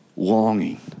longing